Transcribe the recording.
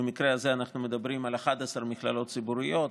במקרה הזה אנחנו מדברים על 11 מכללות ציבוריות.